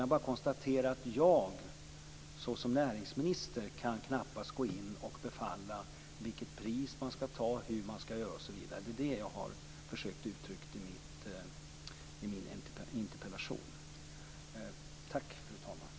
Jag bara konstaterar att jag såsom näringsminister knappast kan gå in och bestämma vilket pris de skall sätta, hur de skall göra osv. Det är det jag har försökt uttrycka i mitt interpellationssvar.